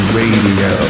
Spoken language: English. Radio